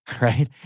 right